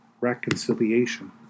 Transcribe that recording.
reconciliation